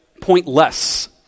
pointless